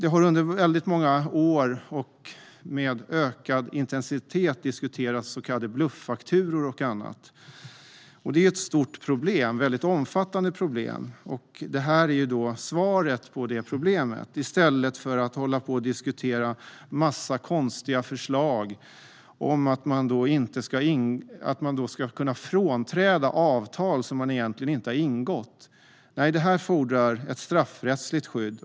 Under väldigt många år och med ökad intensitet har så kallade bluffakturor och annat diskuterats. Detta är ett stort och omfattande problem, och det här är svaret på detta problem. I stället för att diskutera en massa konstiga förslag om att man till exempel ska kunna frånträda avtal som man egentligen inte har ingått fordras ett straffrättsligt skydd.